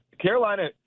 Carolina